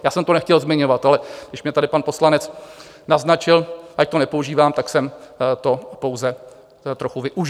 Já jsem to nechtěl zmiňovat, ale když mě tady pan poslanec naznačil, ať to nepoužívám, tak jsem to pouze trochu využil.